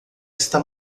está